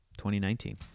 2019